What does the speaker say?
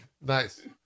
Nice